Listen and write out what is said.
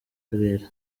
karere